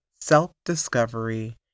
self-discovery